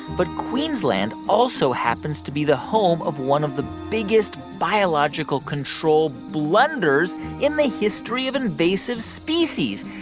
but queensland also happens to be the home of one of the biggest biological control blunders in the history of invasive species.